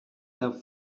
have